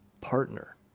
partner